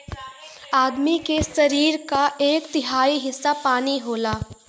आदमी के सरीर क एक तिहाई हिस्सा पानी होला